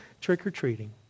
trick-or-treating